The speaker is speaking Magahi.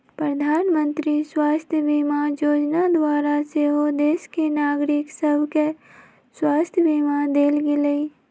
प्रधानमंत्री स्वास्थ्य बीमा जोजना द्वारा सेहो देश के नागरिक सभके स्वास्थ्य बीमा देल गेलइ